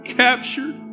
captured